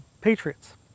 patriots